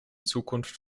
zukunft